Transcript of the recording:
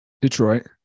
Detroit